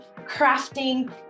crafting